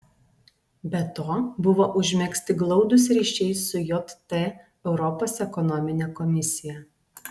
be to buvo užmegzti glaudūs ryšiai su jt europos ekonomine komisija